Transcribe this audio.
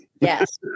Yes